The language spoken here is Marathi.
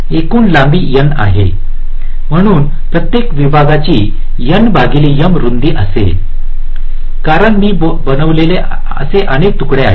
एकूण लांबी n होती म्हणून प्रत्येक विभागाची रुंदी असेल कारण मी बनवलेले असे अनेक तुकडे आहेत